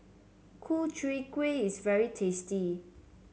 Ku Chai Kuih is very tasty